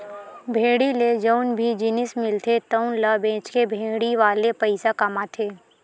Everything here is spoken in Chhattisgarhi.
भेड़ी ले जउन भी जिनिस मिलथे तउन ल बेचके भेड़ी वाले पइसा कमाथे